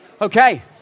Okay